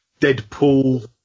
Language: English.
Deadpool